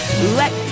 Let